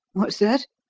what's that?